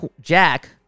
Jack